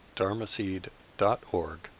dharmaseed.org